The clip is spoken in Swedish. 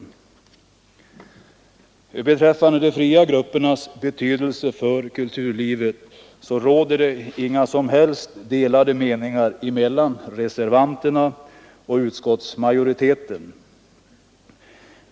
Beträffande de fria gruppernas betydelse för kulturlivet råder inga som helst delade meningar mellan reservanterna och utskottsmajoriteten.